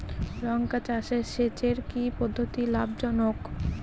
লঙ্কা চাষে সেচের কি পদ্ধতি লাভ জনক?